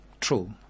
true